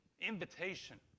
invitation